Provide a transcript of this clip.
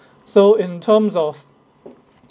so in terms of